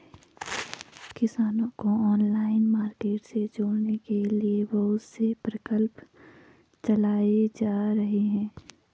किसानों को online marketing से जोड़ने के लिए बहुत से प्रकल्प चलाए जा रहे हैं